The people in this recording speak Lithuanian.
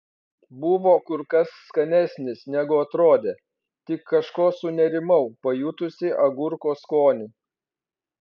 buvo kur kas skanesnis negu atrodė tik kažko sunerimau pajutusi agurko skonį